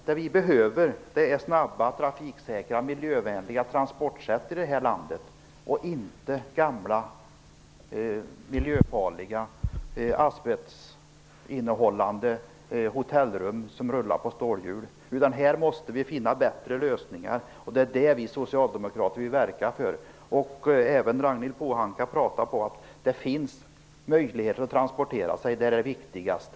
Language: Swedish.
Vad vi behöver är snabba, trafiksäkra och miljövänliga transportsätt i landet och inte gamla miljöfarliga asbestinnehållande hotellrum som rullar på stålhjul. Här måste vi finna bättre lösningar. Det är det som vi socialdemokrater vill verka för. Även Ragnhild Pohanka talade om att det finns möjligheter att transporteras, vilket är det viktigaste.